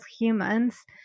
humans